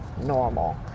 normal